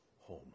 home